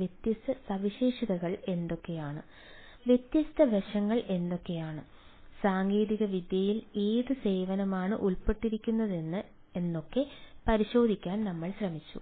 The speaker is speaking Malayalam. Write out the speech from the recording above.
വ്യത്യസ്ത സവിശേഷതകൾ എന്തൊക്കെയാണ് വ്യത്യസ്ത വശങ്ങൾ എന്തൊക്കെയാണ് സാങ്കേതികവിദ്യയിൽ ഏത് സേവനമാണ് ഉൾപ്പെട്ടിരിക്കുന്നതെന്ന് എന്നൊക്കെ പരിശോധിക്കാൻ നമ്മൾ ശ്രമിച്ചു